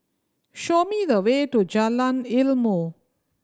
show me the way to Jalan Ilmu